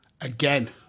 Again